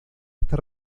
esta